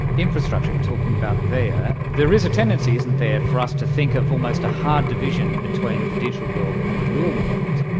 infrastructure we're talking about there. there is a tendency, isn't there, for us to think of almost a hard division between the digital world and the real world,